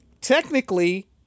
technically